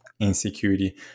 insecurity